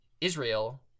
Israel